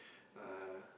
uh